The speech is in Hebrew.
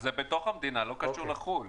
זה בתוך המדינה, לא קשור לחו"ל.